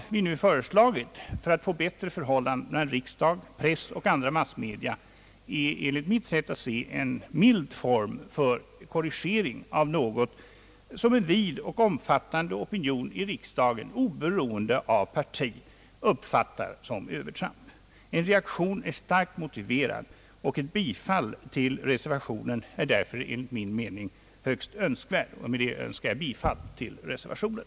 Reservanternas förslag för att skapa bättre förhållanden mellan riksdag, press och andra massmedia är enligt mitt sätt att se en mild form för korrigering av något som en vid och omfattande opinion i riksdagen, oberoende av parti, uppfattat som övertramp. En reaktion är starkt motiverad, och ett bifall till reservationen är därför enligt min mening högst önskvärt. Med det yrkar jag bifall till reservationen.